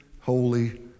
holy